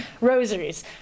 rosaries